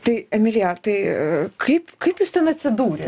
tai emilija tai kaip kaip jūs ten atsidūrėte